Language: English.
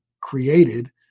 created